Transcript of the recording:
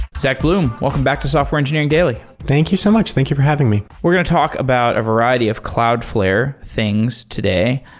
zack bloom, welcome back to software engineering daily thank you so much. thank you for having me we're going to talk about a variety of cloudflare things today.